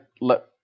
let